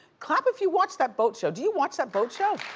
clap if you watch that boat show. do you watch that boat show?